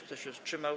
Kto się wstrzymał?